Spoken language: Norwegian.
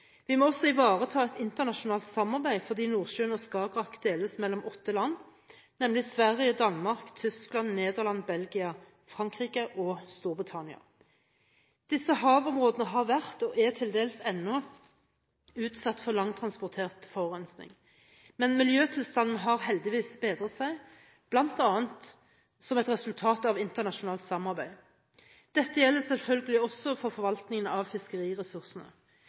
Vi må også ivareta et internasjonalt samarbeid fordi Nordsjøen og Skagerrak deles mellom åtte land, nemlig Sverige, Danmark, Tyskland, Nederland, Belgia, Frankrike og Storbritannia. Disse havområdene har vært og er til dels ennå utsatt for lang transportert forurensing, men miljøtilstanden har heldigvis bedret seg – bl.a. som et resultat av internasjonalt samarbeid. Dette gjelder selvfølgelig også for forvaltningen av fiskeriressursene.